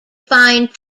find